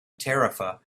tarifa